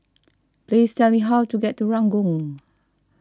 please tell me how to get to Ranggung